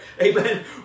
Amen